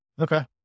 Okay